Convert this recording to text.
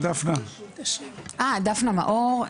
דפנה מאור,